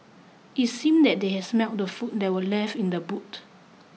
it seemed that they had smelt the food that were left in the boot